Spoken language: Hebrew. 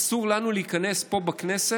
אסור לנו להיכנס פה בכנסת